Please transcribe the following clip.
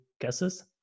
guesses